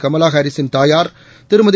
Kamala Harris ன் தாயார் திருமதி